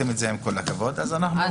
עם כל הכבוד,